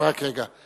אבל רק רגע,